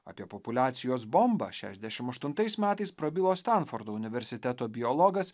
apie populiacijos bombą šešiasdešimt aštuntais metais prabilo stanfordo universiteto biologas